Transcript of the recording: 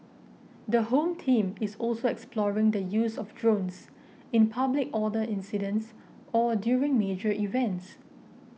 the Home Team is also exploring the use of drones in public order incidents or during major events